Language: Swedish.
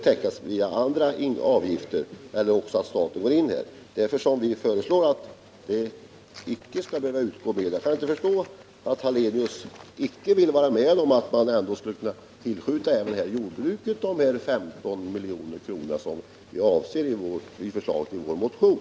Jag kan inte förstå att Ingemar Hallenius inte vill vara med om att ge jordbruket de 15 milj.kr. som vi föreslår i vår motion.